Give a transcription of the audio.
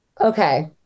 Okay